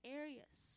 areas